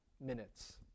minutes